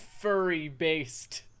furry-based